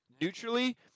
Neutrally